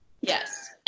Yes